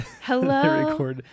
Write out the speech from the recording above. Hello